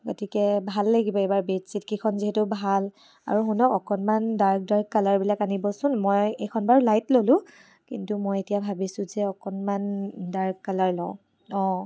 গতিকে ভাল লাগিব এইবাৰ বেডশ্বিট কেইখন যিহেতু ভাল আৰু শুনক অকণমান ডাৰ্ক ডাৰ্ক কালাৰবিলাক আনিবচোন মই এইখন বাৰু লাইট ল'লোঁ কিন্তু মই এতিয়া ভাবিছো যে অকণমান ডাৰ্ক কালাৰ লওঁ অ'